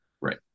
Right